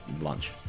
lunch